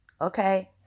Okay